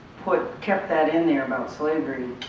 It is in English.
put, kept that in there about slavery,